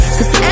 Cause